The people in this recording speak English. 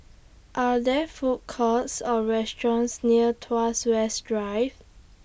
Are There Food Courts Or restaurants near Tuas West Drive